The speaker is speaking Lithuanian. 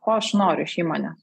ko aš noriu iš įmonės